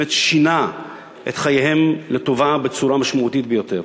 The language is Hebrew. והוא באמת שינה את חייהם לטובה בצורה משמעותית ביותר.